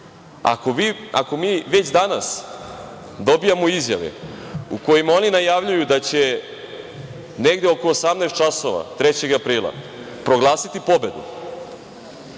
Ako mi već danas dobijamo izjave u kojima oni najavljuju da će negde oko 18 časova 3. aprila proglasiti pobedu